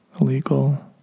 illegal